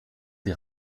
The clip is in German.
die